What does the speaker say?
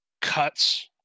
cuts